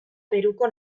peruko